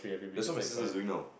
that's what my sister is doing now